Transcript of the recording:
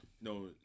no